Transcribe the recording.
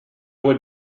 would